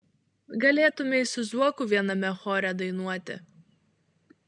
galėtumei su zuoku viename chore dainuoti